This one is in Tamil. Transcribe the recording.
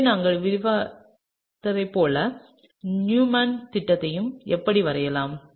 எனவே நாங்கள் விவரித்ததைப் போலவே நியூமன் திட்டத்தையும் எப்படி வரையலாம்